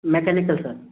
mechanical sir